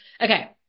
Okay